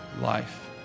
life